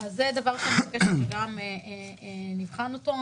זה דבר אחד שאני מבקשת שנבחן אותו.